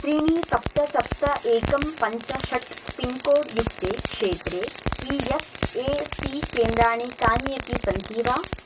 त्रीणि सप्त सप्त एकं पञ्च षट् पिन्कोड् युक्ते क्षेत्रे ई एस् ए सी केन्द्राणि कानि अपि सन्ति वा